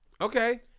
Okay